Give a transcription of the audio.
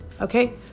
okay